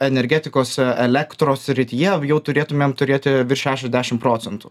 energetikos elektros srityje jau turėtumėm turėti virš šešiasdešim procentų